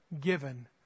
given